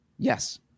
Yes